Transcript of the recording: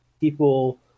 people